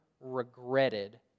regretted